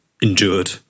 endured